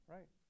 Right